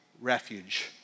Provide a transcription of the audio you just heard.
refuge